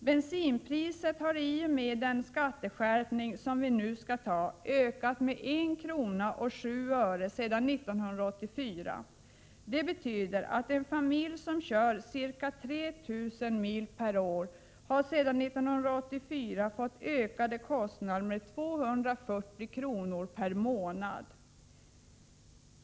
Bensinpriset kommer i och med den skatteskärpning som vi nu står inför att ha ökat med 1:07 kr. sedan 1984. Det betyder att en familj som kör ca 3 000 mil per år har sedan 1984 fått en kostnadsökning med 240 kr. per månad.